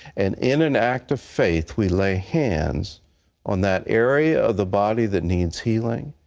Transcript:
and in an act of faith, we lay hands on that area of the body that needs healing,